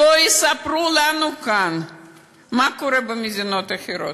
שלא יספרו לנו כאן מה קורה במדינות אחרות.